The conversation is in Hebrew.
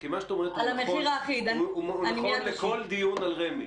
מה שאת אומרת נכון לכל דיון על רמ"י,